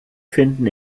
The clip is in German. finden